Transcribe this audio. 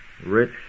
Rich